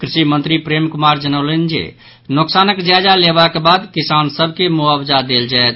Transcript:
कृषि मंत्री प्रेम कुमार जनौलनि जे नोकसानक जायजा लेबाक बाद किसान सभ के मोआबजा देल जायत